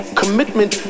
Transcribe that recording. commitment